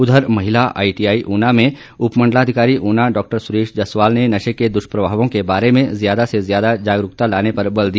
उधर महिला आईटीआई ऊना में उपमंडलाधिकारी ऊना डॉ सुरेश जसवाल ने नशे के दुष्प्रभावों के बारे में ज्यादा से ज्यादा जागरूकता लाने पर बल दिया